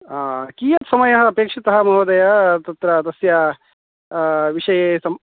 कीयत् समयः अपेक्षितः महोदय तत्र तस्य विषये सं